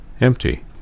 empty